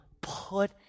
put